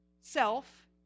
self